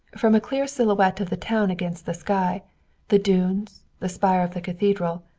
from a clear silhouette of the town against the sky the dunes, the spire of the cathedral,